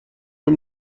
این